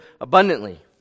abundantly